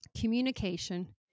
communication